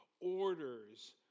orders